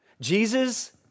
Jesus